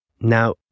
Now